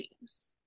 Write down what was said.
teams